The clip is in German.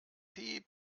piep